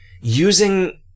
using